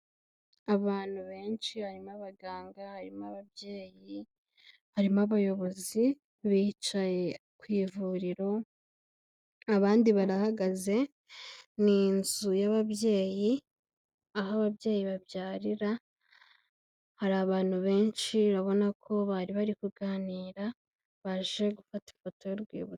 Abantu benshi harimo abaganga, harimo ababyeyi, harimo abayobozi bicaye ku ivuriro, abandi barahagaze ni inzu y'ababyeyi, aho ababyeyi babyarira hari abantu benshi urabona ko bari bari kuganira baje gufata ifoto y'urwibutso.